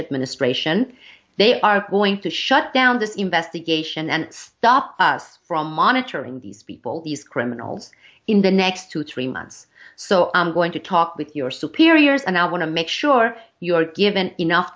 administration they are going to shut down this investigation and stop us from monitoring these people these criminals in the next two to three months so i'm going to talk with your superiors and i want to make sure you're given enough